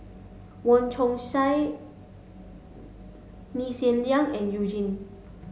Wong Chong Sai Lee Hsien Yang and You Jin